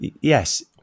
yes